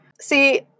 see